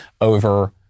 over